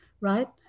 Right